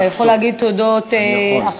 אתה יכול להגיד תודות עכשיו.